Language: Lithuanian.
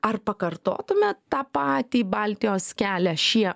ar pakartotume tą patį baltijos kelią šie